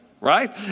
Right